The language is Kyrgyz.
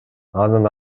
анын